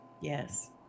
Yes